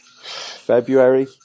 February